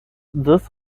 this